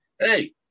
hey